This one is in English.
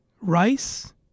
Rice